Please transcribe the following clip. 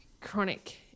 chronic